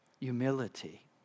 humility